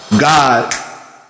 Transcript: God